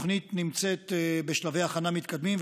התוכנית נמצאת בשלבי הכנה מתקדמים,